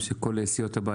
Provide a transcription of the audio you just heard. הגיעו אנשים מכל סיעות הבית,